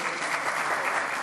(מחיאות כפיים)